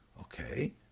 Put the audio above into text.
Okay